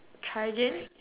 try again